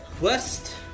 West